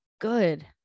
good